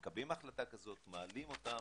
מקבלים החלטה כזאת, מעלים אותם.